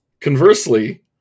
Conversely